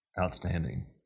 Outstanding